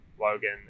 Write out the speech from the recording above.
logan